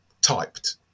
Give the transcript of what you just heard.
typed